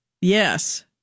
Yes